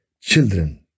children